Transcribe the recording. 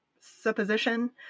supposition